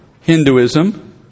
Hinduism